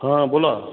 हां बोला